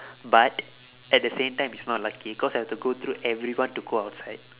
but at the same time it's not lucky cause I had to go through everyone to go outside